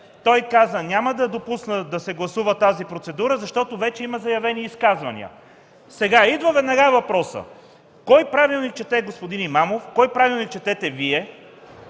той каза: „Няма да допусна да се гласува тази процедура, защото вече има заявени изказвания”. Сега идва веднага въпросът: кой правилник чете господин Имамов, кой правилник четете Вие?